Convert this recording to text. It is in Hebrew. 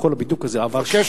כל הבידוק הזה עבר,